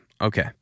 Okay